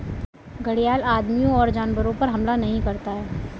घड़ियाल आदमियों और जानवरों पर हमला नहीं करता है